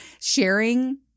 sharing